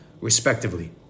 respectively